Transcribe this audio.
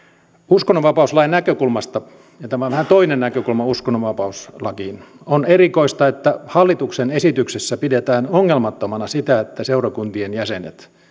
uskonnonvapauslain näkökulmasta ja tämä on vähän toinen näkökulma uskonnonvapauslakiin on erikoista että hallituksen esityksessä pidetään ongelmattomana sitä että seurakuntien jäsenet